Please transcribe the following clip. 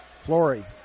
Flory